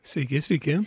sveiki sveiki